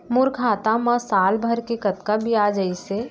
मोर खाता मा साल भर के कतका बियाज अइसे?